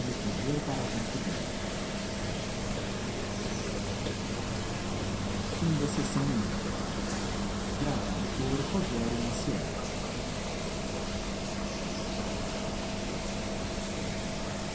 preciso correr para junto dela mas a